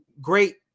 great